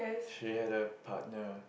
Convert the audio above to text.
she had a partner